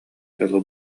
дылы